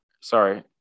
sorry